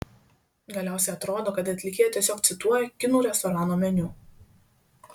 galiausiai atrodo kad atlikėja tiesiog cituoja kinų restorano meniu